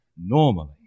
normally